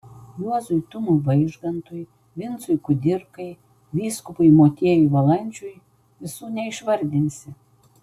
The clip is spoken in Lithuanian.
juozui tumui vaižgantui vincui kudirkai vyskupui motiejui valančiui visų neišvardinsi